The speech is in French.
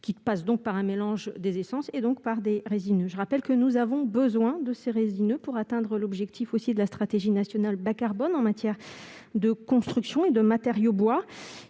lequel passe par un mélange d'essences et, donc, par des résineux. Je rappelle que nous avons besoin de ces résineux pour atteindre l'objectif de la stratégie nationale bas-carbone en matière de construction et de matériaux bois.